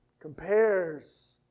compares